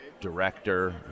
director